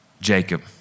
Jacob